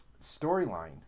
storyline